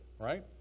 Right